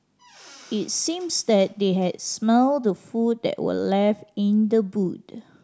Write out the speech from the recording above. it seems that they had smelt the food that were left in the